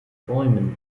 bäumen